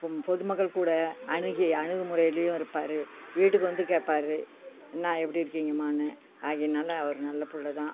பொம் பொதுமக்கள் கூட அணிகி அணுகுமுறைலையும் இருப்பார் வீட்டுக்கு வந்து கேட்பாரு என்ன எப்படி இருக்கிங்கம்மான்னு ஆகையினால் அவர் நல்லப்பிள்ளை தான்